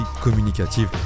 communicative